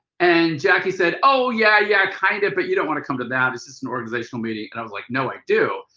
and jackie said, oh, yeah, yeah, kind of, but you don't want to come to that, it's just an organizational meeting. and i was like, no i do.